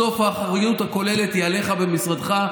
בסוף האחריות הכוללת היא עליך, במשרדך.